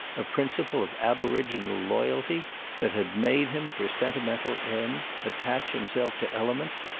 a principle of aboriginal loyalty that had made him, for sentimental ends, attach himself to elements,